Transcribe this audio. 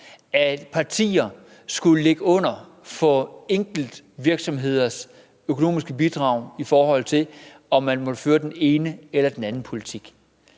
at partier skulle ligge under for enkeltvirksomheders økonomiske bidrag, i forhold til om man måtte føre den ene eller den anden politik.